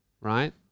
right